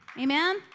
Amen